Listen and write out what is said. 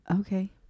Okay